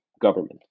government